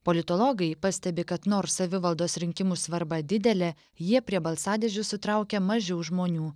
politologai pastebi kad nors savivaldos rinkimų svarba didelė jie prie balsadėžių sutraukia mažiau žmonių